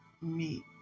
meet